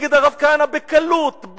נגד הרב כהנא, בקלות,